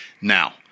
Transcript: Now